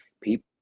people